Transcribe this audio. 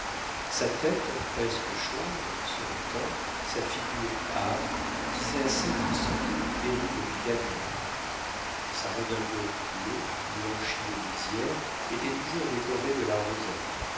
sa tête presque chauve son teint sa figure hâve disaient assez qu'il sortait du terrible hôpital du midi sa redingote bleue blanchie aux lisières était toujours décorée de la rosette